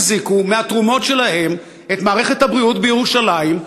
הן החזיקו בתרומות שלהן את מערכת הבריאות בירושלים,